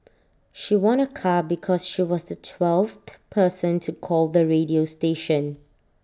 she won A car because she was the twelfth person to call the radio station